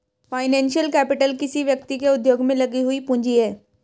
financial capital किसी व्यक्ति के उद्योग में लगी हुई पूंजी है